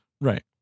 Right